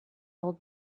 old